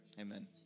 Amen